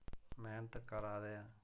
मेह्नत करा दे